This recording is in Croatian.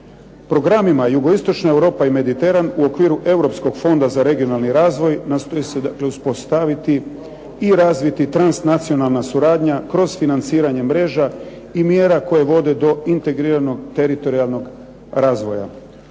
Programima Jugoistočna Europa i Mediteran u okviru Europskog fonda za regionalni razvoj nastoji se dakle uspostaviti i razviti transnacionalna suradnja kroz financiranje mreža i mjera koje vode do integriranog teritorijalnog razvoja.